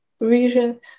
vision